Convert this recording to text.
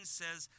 says